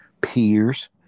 peers